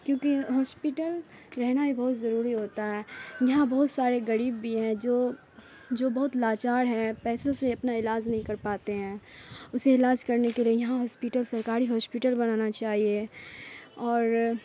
کیونکہ ہاسپیٹل رہنا بھی بہت ضروری ہوتا ہے یہاں بہت سارے غریب بھی ہیں جو جو بہت لاچار ہیں پیسوں سے اپنا علاج نہیں کر پاتے ہیں اسے علاج کرنے کے لیے یہاں ہاسپیٹل سرکاری ہاسپیٹل بنانا چاہیے اور